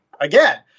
again